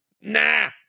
Nah